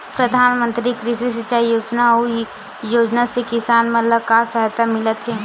प्रधान मंतरी कृषि सिंचाई योजना अउ योजना से किसान मन ला का सहायता मिलत हे?